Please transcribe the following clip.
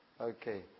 Okay